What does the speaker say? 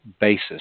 basis